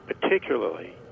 particularly